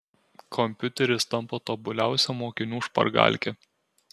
kompiuteris tampa tobuliausia mokinių špargalke